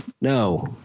No